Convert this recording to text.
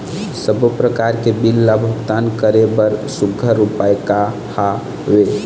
सबों प्रकार के बिल ला भुगतान करे बर सुघ्घर उपाय का हा वे?